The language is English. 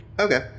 Okay